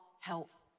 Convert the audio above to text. health